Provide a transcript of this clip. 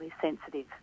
sensitive